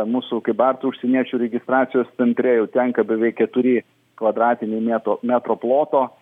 mūsų kybartų užsieniečių registracijos centre jau tenka beveik keturi kvadratiniai mieto metro ploto